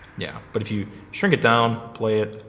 yeah but if you shrink it down, play it.